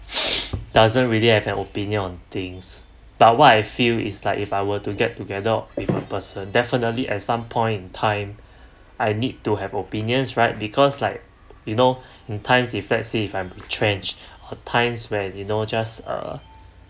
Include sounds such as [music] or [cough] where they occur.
[noise] really doesn't really have an opinion on things but what I feel is like if I were to get together with a person definitely at some point in time [breath] I need to have opinions right because like you know [breath] in times if let's say I'm retrench her times where you know just a